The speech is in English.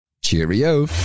Cheerio